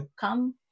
come